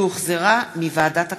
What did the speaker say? שהחזירה ועדת הכספים.